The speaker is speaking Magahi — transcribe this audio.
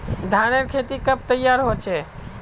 धानेर खेती कब तैयार होचे?